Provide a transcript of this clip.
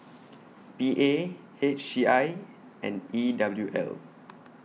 P A H C I and E W L